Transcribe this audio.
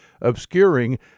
obscuring